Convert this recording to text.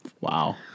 Wow